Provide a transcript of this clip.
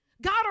God